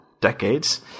decades